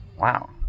Wow